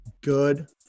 good